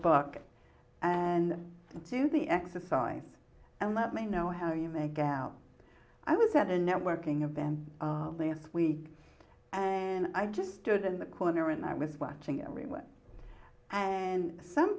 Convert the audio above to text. book and do the exercise and let me know how you make out i was at a networking of them last week and i just stood in the corner and i was watching everyone and some